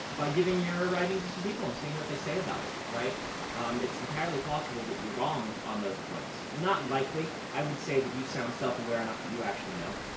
giving your writing to some people and seeing what they say about it. um it's entirely possible that you're wrong on those points. not likely. i would say that you sound self-aware enough that you actually know.